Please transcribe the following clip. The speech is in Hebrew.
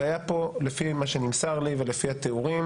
הבעיה פה לפי מה שנמסר לי ולפי התיאורים